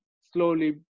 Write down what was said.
slowly